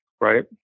right